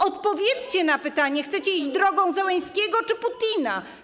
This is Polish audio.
Odpowiedzcie na pytanie: Chcecie iść drogą Zełenskiego czy Putina?